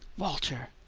walter!